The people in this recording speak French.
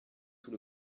sous